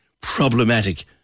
problematic